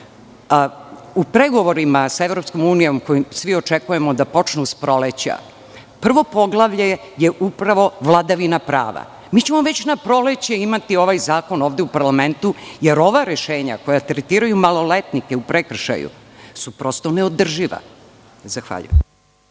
pregovorima sa EU, koje svi očekuje da počnu s proleća, prvo poglavlje je upravo vladavina prava. Mi ćemo već na proleće imati ovaj zakon ovde u parlamentu, jer ova rešenja koja tretiraju maloletnike u prekršaju su prosto neodrživa. Zahvaljujem.